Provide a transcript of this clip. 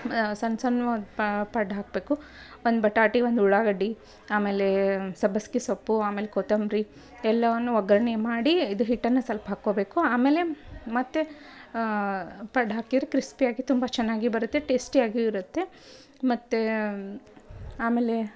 ಸಣ್ಣ ಸಣ್ಣ ಅದು ಪಡ್ಡು ಹಾಕಬೇಕು ಒಂದು ಬಟಾಟಿ ಒಂದು ಉಳ್ಳಾಗಡ್ಡಿ ಆಮೇಲೇ ಸಬ್ಬಸ್ಗೆ ಸೊಪ್ಪು ಆಮೇಲೆ ಕೊತ್ತಂಬರಿ ಎಲ್ಲವನ್ನು ಒಗ್ಗರ್ಣೆ ಮಾಡೀ ಇದು ಹಿಟ್ಟನ್ನು ಸ್ವಲ್ಪ್ ಹಾಕ್ಕೋಬೇಕು ಆಮೇಲೆ ಮತ್ತು ಪಡ್ಡು ಹಾಕಿದ್ರ್ ಕ್ರಿಸ್ಪಿ ಆಗಿ ತುಂಬ ಚೆನ್ನಾಗಿ ಬರುತ್ತೆ ಟೇಸ್ಟಿಯಾಗಿಯೂ ಇರುತ್ತೆ ಮತ್ತೆ ಆಮೇಲೆ